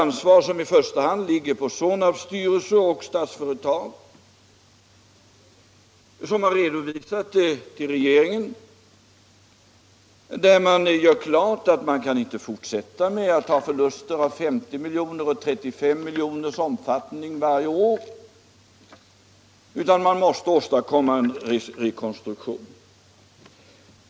Ansvaret ligger i första hand på Sonabs styrelse och på Statsföretag, som till regeringen klart har redovisat att man inte kan fortsätta med förluster på 50 miljoner eller 35 miljoner varje år, utan man måste åstadkomma en rekonstruktion.